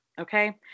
okay